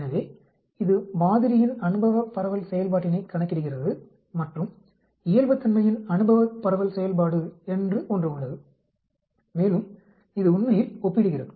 எனவே இது மாதிரியின் அனுபவ பரவல் செயல்பாட்டினைக் கணக்கிடுகிறது மற்றும் இயல்புத்தன்மையின் அனுபவ பரவல் செயல்பாடு என்று ஒன்று உள்ளது மேலும் இது உண்மையில் ஒப்பிடுகிறது